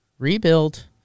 Rebuild